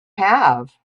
have